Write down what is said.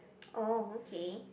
oh okay